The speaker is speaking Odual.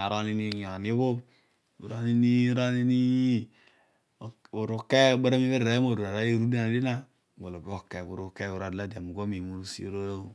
iru na dio na, iboro mibhe ri arooy bho moru iru na dio na, pughol oke, puke, ami uru urol olalade, ami ugho miim uru osi uru.